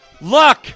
Look